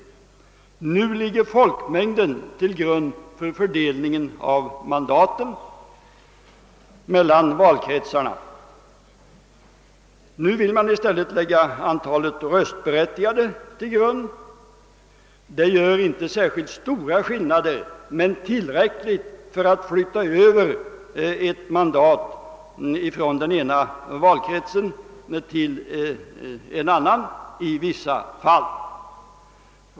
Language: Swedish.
Enligt nuvarande system ligger folkmängden till grund för fördelningen av mandaten mellan valkretsarna. I det nya systemet vill man i stället lägga antalet röstberättigade till grund härför. Det medför inte särskilt stora skillnader, men de är dock tillräckliga för att flytta över ett mandat från en valkrets till en annan i vissa fall.